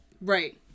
right